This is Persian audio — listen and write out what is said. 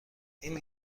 این